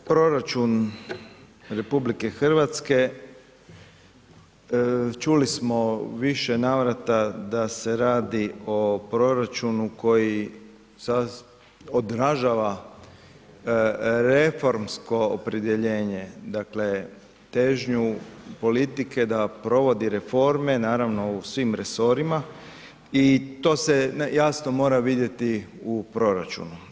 Dakle, proračun RH čuli smo u više navrata da se radi o proračunu koji odražava reformsko opredjeljenje, dakle težnju politike da provodi reforme naravno u svim resorima i to se jasno mora vidjeti u proračunu.